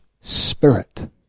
spirit